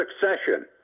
Succession